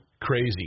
crazy